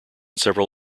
several